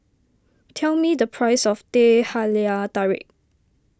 tell me the price of Teh Halia Tarik